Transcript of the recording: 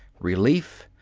relief,